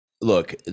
Look